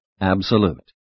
Absolute